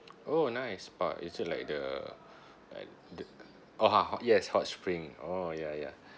oh nice but is it like the uh the oh ha hot yes hot spring oh ya ya